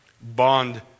Bond